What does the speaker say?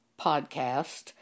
podcast